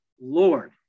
Lord